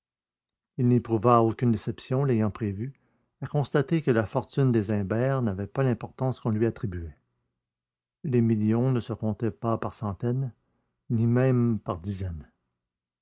il n'éprouva aucune déception l'ayant prévu à constater que la fortune des imbert n'avait pas l'importance qu'on lui attribuait les millions ne se comptaient pas par centaines ni même par dizaines